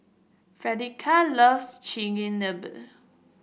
Fredericka loves Chigenabe